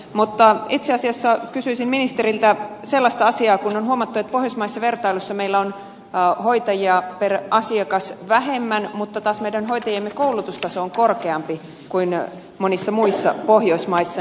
mutta itse asiassa kysyisin ministeriltä sellaista asiaa kun on huomattu että pohjoismaisessa vertailussa meillä on hoitajia per asiakas vähemmän mutta taas meidän hoitajiemme koulutustaso on korkeampi kuin monissa muissa pohjoismaissa